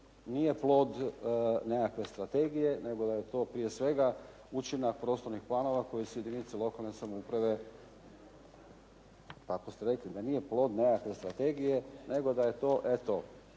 nije plod nekakve strategije nego je to prije svega učinak prostornih planova koji su jedinice lokalne samouprave. …/Upadica se ne čuje./… Tako ste rekli. Da nije plod nekakve strategije nego da je to eto